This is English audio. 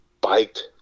biked